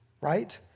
right